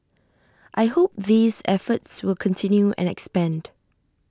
I hope these efforts will continue and expand